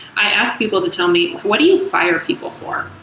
i ask people to tell me, what do you fire people for?